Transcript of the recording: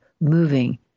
moving